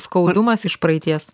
skaudumas iš praeities